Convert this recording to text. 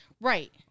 Right